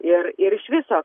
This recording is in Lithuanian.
ir ir iš viso